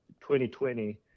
2020